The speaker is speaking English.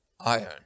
iron